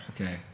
Okay